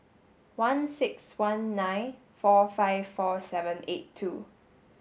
one six one nine four five four seven eight two